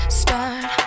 start